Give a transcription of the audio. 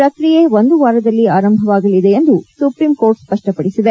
ಪ್ರಕ್ರಿಯೆ ಒಂದು ವಾರದಲ್ಲಿ ಆರಂಭವಾಗಲಿದೆ ಎಂದು ಸುಪ್ರೀಂಕೋರ್ಟ್ ಸ್ವಷ್ಟಪಡಿಸಿದೆ